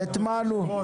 והטמענו בו,